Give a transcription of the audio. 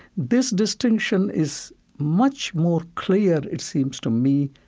this distinction is much more clear, it seems to me,